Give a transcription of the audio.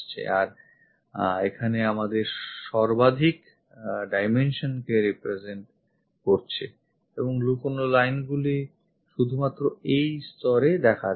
আর এখানে আমাদের সর্বাধিক dimensions কে represent করছে এবং লুকোনো line গুলি শুধুমাত্র এই স্তরে দেখা যাচ্ছে